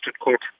Court